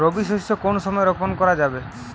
রবি শস্য কোন সময় রোপন করা যাবে?